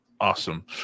Awesome